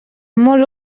molt